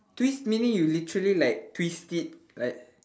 twist meaning you literally like twist it like